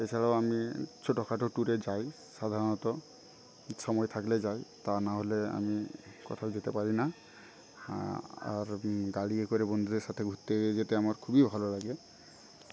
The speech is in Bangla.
এছাড়াও আমি ছোটখাটো ট্যুরে যাই সাধারণত সময় থাকলে যাই তা না হলে আমি কোথাও যেতে পারি না আর গাড়ি করে বন্ধুদের সাথে ঘুরতে যেতে আমার খুবই ভালো লাগে